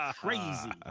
crazy